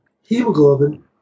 hemoglobin